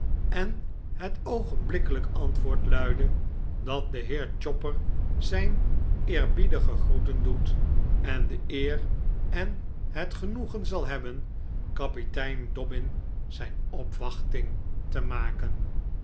en het oogenblikkelijk antwoord luidde dat de heer chopper zijn eerbiedige groeten doet en de eer en het genoegen zal hebben kapitein dobbin zijn opwachting te maken